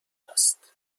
است